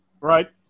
Right